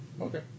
Okay